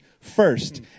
first